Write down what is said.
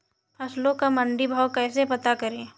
फसलों का मंडी भाव कैसे पता करें?